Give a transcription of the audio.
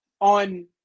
On